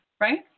right